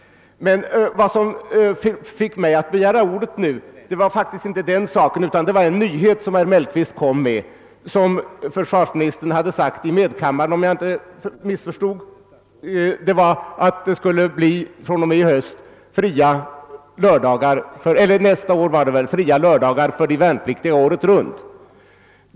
Men vad som fick mig att begära ordet var inte den saken utan en nyhet som herr Mellqvist meddelade. Försvarsministern lär ha sagt i medkammaren att det från och med hösten i år, eller kanske det var från och med nästa år, skall bli fria lördagar för de värnpliktiga året runt.